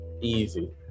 Easy